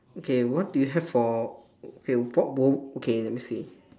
okay what do you have for okay what would okay let me see